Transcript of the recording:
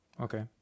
Okay